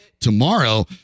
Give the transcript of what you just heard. tomorrow